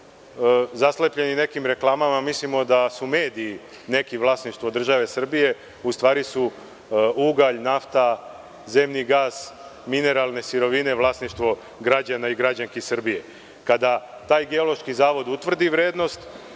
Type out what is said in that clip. zaslepljeni nekim reklamama, mislimo da su neki mediji vlasništvo države Srbije, a u stvari su ugalj, nafta, zemni gas i mineralne sirovine vlasništvo građana i građanki Srbije. Kada taj Geološki zavod utvrdi vrednost,